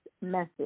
message